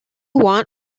want